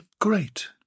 great